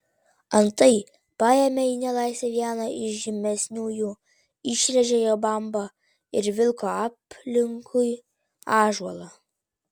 antai paėmė į nelaisvę vieną iš žymesniųjų išrėžė jo bambą ir vilko aplinkui ąžuolą